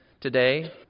today